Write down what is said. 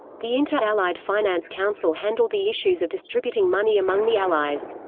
the inter-allied finance council handled the issues of distributing money among the allies.